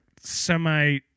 semi